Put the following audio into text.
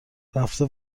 رفته